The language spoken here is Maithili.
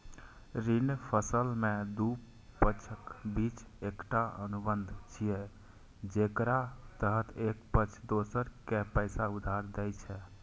ऋण असल मे दू पक्षक बीच एकटा अनुबंध छियै, जेकरा तहत एक पक्ष दोसर कें पैसा उधार दै छै